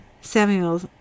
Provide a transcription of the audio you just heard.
Samuel